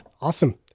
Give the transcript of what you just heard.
awesome